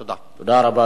תודה רבה, אדוני.